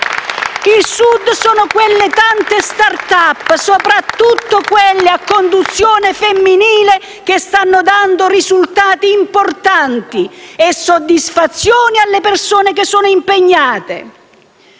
Il Sud sono quelle tante *start up,* soprattutto quelle a conduzione femminile, che stanno dando risultati importanti e soddisfazioni alle persone che vi sono impegnate.